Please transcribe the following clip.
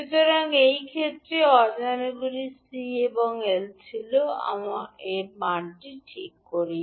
সুতরাং এই ক্ষেত্রে অজানাগুলি C এবং L ছিল এবং আমরা এর মানটি ঠিক করি